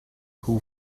who